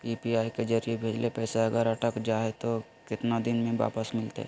UPI के जरिए भजेल पैसा अगर अटक जा है तो कितना दिन में वापस मिलते?